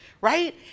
right